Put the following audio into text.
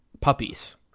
puppies